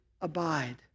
abide